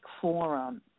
forum